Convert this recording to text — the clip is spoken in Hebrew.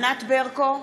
(קוראת בשמות חברי הכנסת) ענת ברקו,